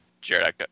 Jared